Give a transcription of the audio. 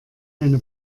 eine